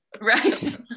Right